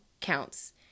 counts